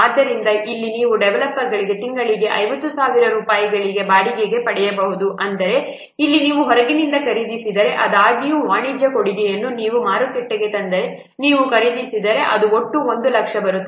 ಆದ್ದರಿಂದ ಇಲ್ಲಿ ನೀವು ಡೆವಲಪರ್ಗಳನ್ನು ತಿಂಗಳಿಗೆ 50000 ರೂಪಾಯಿಗಳಿಗೆ ಬಾಡಿಗೆಗೆ ಪಡೆಯಬಹುದು ಆದರೆ ಇಲ್ಲಿ ನೀವು ಹೊರಗಿನಿಂದ ಖರೀದಿಸಿದರೆ ಆದಾಗ್ಯೂ ವಾಣಿಜ್ಯ ಕೊಡುಗೆಯನ್ನು ನೀವು ಮಾರುಕಟ್ಟೆಗೆ ತಂದರೆ ನೀವು ಖರೀದಿಸಿದರೆ ಅದು ಒಟ್ಟು 1 ಲಕ್ಷ ಬರುತ್ತಿದೆ